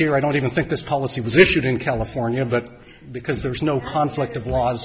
here i don't even think this policy was issued in california but because there is no conflict of laws